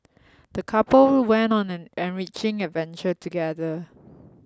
the couple went on an enriching adventure together